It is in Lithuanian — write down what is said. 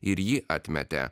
ir jį atmetė